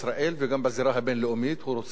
הוא רוצה להפריע אולי לאובמה.